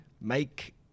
make